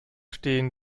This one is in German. stehen